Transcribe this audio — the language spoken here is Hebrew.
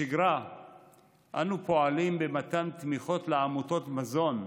בשגרה אנו פועלים במתן תמיכות לעמותות מזון,